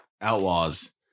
Outlaws